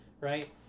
right